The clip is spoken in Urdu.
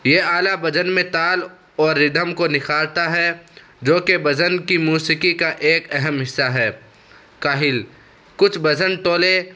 یہ آلہ بھجن میں تال اور ریدھم کو نکھارتا ہے جوکہ بھجن کی موسیقی کا ایک اہم حصہ ہے کاہل کچھ بھجن ٹولے